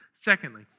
Secondly